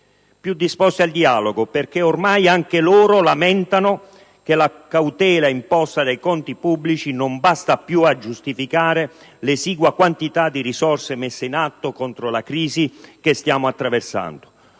più disposti al dialogo, perché ormai anche loro lamentano che la cautela imposta dai conti pubblici non basta più a giustificare l'esigua quantità di risorse messe in atto contro la crisi che stiamo attraversando.